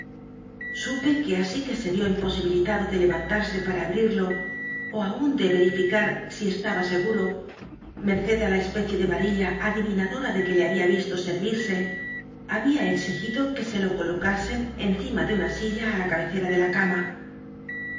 supe que asi que se ió imposibilitado de lcrantarsc para abrirlo ó aun de verifica si c taba scguro mcccd la especie de varilla adivimdoadc c uc le babia visto scnise babia exigido c uc se lo colocasen encima de una silla á la cabecera de la cama